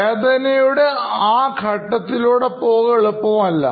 വേദനയുടെ ആ ഘട്ടത്തിലൂടെ പോവുക എളുപ്പമല്ല